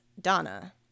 Donna